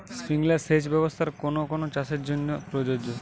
Sprinkler সেচ ব্যবস্থার কোন কোন চাষের জন্য প্রযোজ্য?